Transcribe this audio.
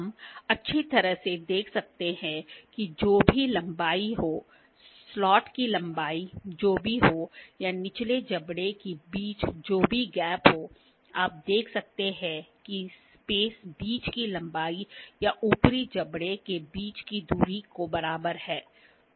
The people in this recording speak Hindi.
हम अच्छी तरह से देख सकते हैं कि जो भी लंबाई हो स्लॉट की लंबाई जो भी हो या निचले जबड़े के बीच जो भी गैप हो आप देख सकते हैं कि स्पेस बीच की लंबाई या ऊपरी जबड़े के बीच की दूरी के बराबर है